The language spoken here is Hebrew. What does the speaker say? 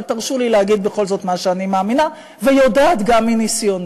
אבל תרשו לי להגיד בכל זאת מה שאני מאמינה ויודעת גם מניסיוני.